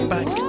Back